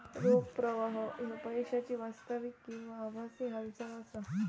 रोख प्रवाह ह्यो पैशाची वास्तविक किंवा आभासी हालचाल असा